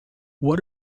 what